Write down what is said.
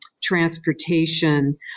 transportation